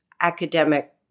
academic